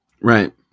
Right